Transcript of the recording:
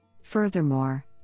Furthermore